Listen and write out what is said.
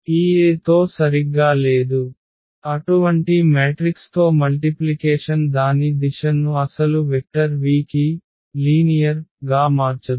ఈ A తో సరిగ్గా లేదు అటువంటి మ్యాట్రిక్స్తో మల్టిప్లికేషన్ దాని దిశ ను అసలు వెక్టర్ v కి సమాంతరం గా మార్చదు